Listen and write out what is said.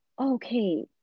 okay